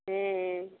ᱦᱮᱸ